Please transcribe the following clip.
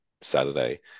Saturday